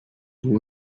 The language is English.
who